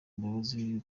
imbabazi